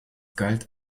galt